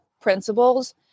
principles